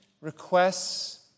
requests